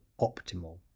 optimal